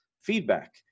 feedback